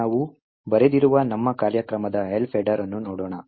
ನಾವು ಬರೆದಿರುವ ನಮ್ಮ ಕಾರ್ಯಕ್ರಮದ Elf ಹೆಡರ್ ಅನ್ನು ನೋಡೋಣ